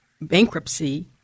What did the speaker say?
bankruptcy